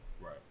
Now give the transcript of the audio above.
Right